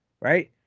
right